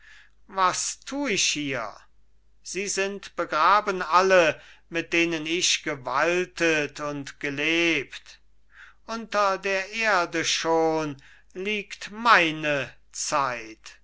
was tu ich hier sie sind begraben alle mit denen ich gewaltet und gelebt unter der erde schon liegt meine zeit